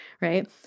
right